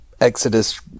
exodus